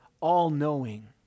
all-knowing